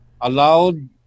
allowed